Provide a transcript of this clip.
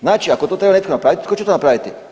Znači ako to treba netko napraviti, tko će to napraviti?